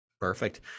Perfect